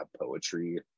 poetry